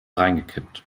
reingekippt